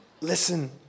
listen